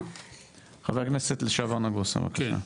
חבר הכנסת לשעבר נגוסה, בבקשה.